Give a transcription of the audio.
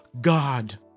God